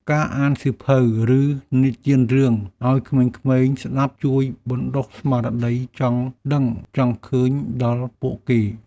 ការអានសៀវភៅ ឬនិទានរឿងឱ្យក្មេងៗស្តាប់ជួយបណ្តុះស្មារតីចង់ដឹងចង់ឃើញដល់ពួកគេ។